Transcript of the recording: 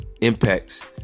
impacts